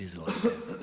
Izvolite.